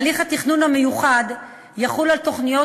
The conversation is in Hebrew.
הליך התכנון המיוחד יחול על תוכניות